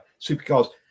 supercars